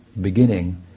beginning